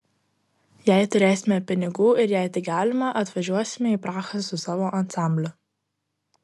jei turėsime pinigų ir jei tai galima atvažiuosime į prahą su savo ansambliu